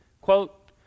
quote